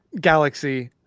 galaxy